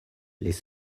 les